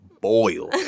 boil